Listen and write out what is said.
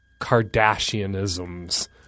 Kardashianisms